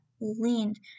leaned